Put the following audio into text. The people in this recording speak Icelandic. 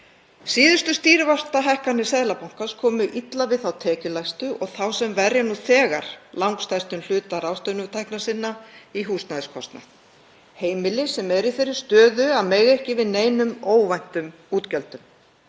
Síðustu stýrivaxtahækkanir Seðlabankans komu illa við þá tekjulægstu og þá sem verja nú þegar langstærstum hluta ráðstöfunartekna sinna í húsnæðiskostnað, heimili sem eru í þeirri stöðu að mega ekki við neinum óvæntum útgjöldum.